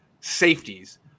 safeties